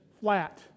flat